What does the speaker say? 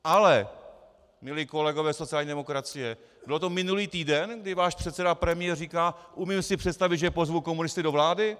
Ale milí kolegové ze sociální demokracie, bylo to minulý týden, kdy váš předseda, premiér, říkal: Umím si představit, že pozvu komunisty do vlády?